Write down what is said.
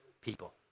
people